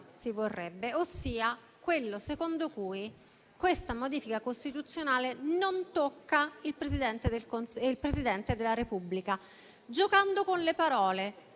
si vorrebbe. Mi riferisco a quella secondo cui questa modifica costituzionale non tocca il Presidente della Repubblica, giocando con le parole.